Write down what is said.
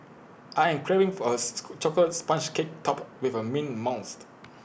I am craving for A Chocolate Sponge Cake Topped with A mint monster